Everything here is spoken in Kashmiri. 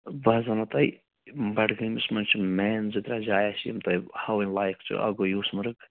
بہٕ حظ وَنہو توہہِ بَڈگٲمَس منٛز چھِ مین زٕ ترٛےٚ جایہِ اَسہِ یِم تۄہہِ بہٕ ہاوٕنۍ لایق چھِ اَکھ گوٚو یوٗسمرگ